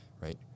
right